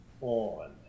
on